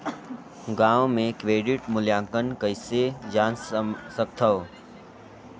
गांव म क्रेडिट मूल्यांकन कइसे जान सकथव?